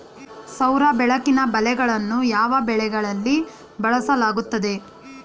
ಸೌರ ಬೆಳಕಿನ ಬಲೆಗಳನ್ನು ಯಾವ ಬೆಳೆಗಳಲ್ಲಿ ಬಳಸಲಾಗುತ್ತದೆ?